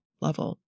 level